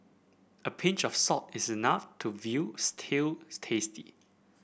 a pinch of salt is enough to veal stew's tasty